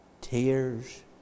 tears